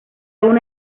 una